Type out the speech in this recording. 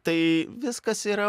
tai viskas yra